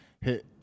hit